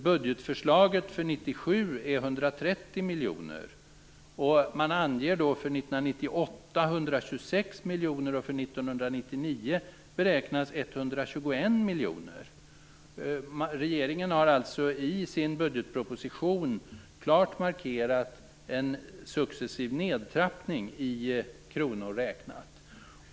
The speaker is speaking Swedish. Budgetförslaget för 1997 är 130 miljoner, och man anger för 1998 126 miljoner, och för 1999 beräknas 121 miljoner. Regeringen har alltså i sin budgetproposition klart markerat en successiv nedtrappning i kronor räknat.